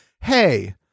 hey